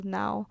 now